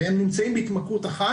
והם נמצאים בהתמכרות אחת.